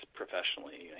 professionally